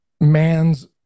man's